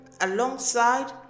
alongside